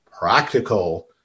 practical